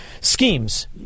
schemes